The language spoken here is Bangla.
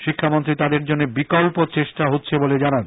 শিক্ষামন্ত্রী তাদের জন্য বিকল্প চেষ্টা হচ্ছে বলে জানান